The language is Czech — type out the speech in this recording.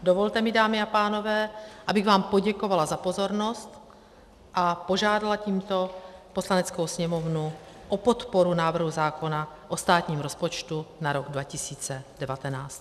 Dovolte mi, dámy a pánové, abych vám poděkovala za pozornost a požádala tímto Poslaneckou sněmovnu o podporu návrhu zákona o státním rozpočtu na rok 2019.